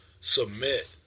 submit